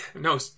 No